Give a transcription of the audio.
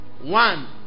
One